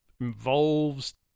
involves